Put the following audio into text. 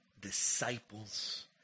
disciples